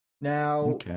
Now